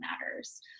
matters